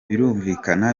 birumvikana